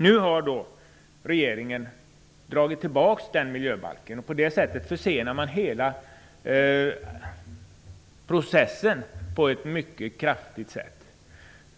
Nu har regeringen dragit tillbaka miljöbalksförslaget. På det sättet försenar man hela processen mycket kraftigt.